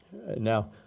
Now